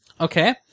Okay